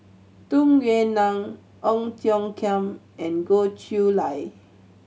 Tung Yue Nang Ong Tiong Khiam and Goh Chiew Lye